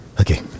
Okay